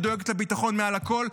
שדואגת לביטחון מעל הכול,